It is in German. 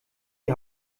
die